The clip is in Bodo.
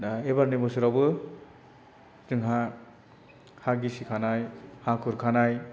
दा एबारनि बोसोरावबो जोंहा हा गिसिखानाय हा खुरखानाय